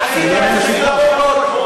עשיתם את זה בשביל להפלות.